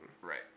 right